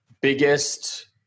biggest